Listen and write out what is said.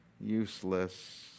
useless